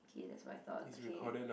okay that's what I thought okay